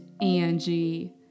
Angie